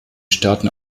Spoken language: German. staaten